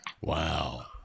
Wow